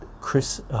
Chris